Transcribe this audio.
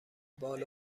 بال